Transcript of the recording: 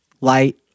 light